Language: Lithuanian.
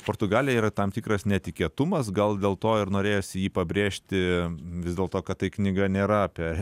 portugalija yra tam tikras netikėtumas gal dėl to ir norėjosi jį pabrėžti vis dėlto kad tai knyga nėra apie